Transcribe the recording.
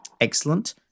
Excellent